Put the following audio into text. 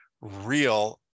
real